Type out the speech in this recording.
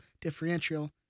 differential